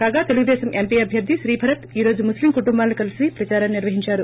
కాగా తెలుగుదేశం ఎంపీ అభ్యర్ది శ్రీ భరత్ ఈ రోజు ముస్లిం కుటుంబాలను కలసి ప్రదారాన్ని నిర్వహించారు